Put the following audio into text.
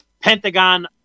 Pentagon